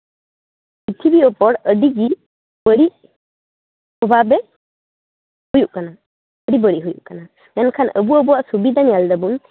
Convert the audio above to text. ᱠᱤᱪᱨᱤᱡ ᱩᱯᱚᱨ ᱟᱹᱰᱤ ᱜᱮ ᱵᱟᱹᱲᱤᱡ ᱯᱨᱚᱵᱷᱟᱵᱽ ᱦᱩᱭᱩᱜ ᱠᱟᱱᱟ ᱟᱹᱰᱤ ᱵᱟᱹᱲᱤᱡ ᱦᱩᱭᱩᱜ ᱠᱟᱱᱟ ᱢᱮᱱᱠᱷᱟᱱ ᱟᱵᱚ ᱟᱵᱚᱣᱟᱜ ᱥᱩᱵᱤᱫᱟ ᱧᱮᱞᱫᱟᱵᱚᱱ